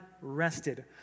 rested